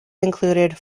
included